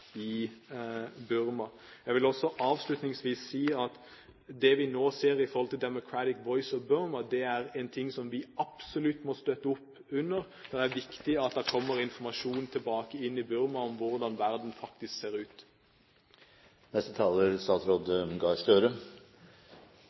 i Burma. Jeg vil avslutningsvis si at det vi nå ser i forhold til Democratic Voice of Burma, er en ting som vi absolutt må støtte opp under. Det er viktig at det kommer informasjon tilbake inn i Burma om hvordan verden faktisk ser ut.